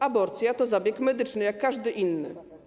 Aborcja to zabieg medyczny, jak każdy inny.